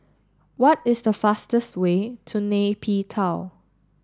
what is the fastest way to Nay Pyi Taw